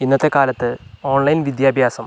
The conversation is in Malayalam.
ഇന്നത്തെ കാലത്ത് ഓൺലൈൻ വിദ്യാഭ്യാസം